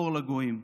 אור לגויים.